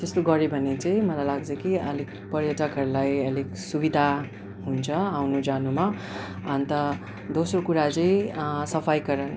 त्यस्तो गऱ्यो भने चाहिँ मलाई लाग्छ कि अलिक पर्यटकहरूलाई अलिक सुविधा हुन्छ आउनु जानुमा अन्त दोस्रो कुरा चाहिँ सफाइकरण